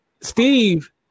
Steve